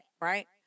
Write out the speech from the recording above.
Right